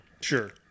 Sure